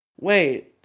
Wait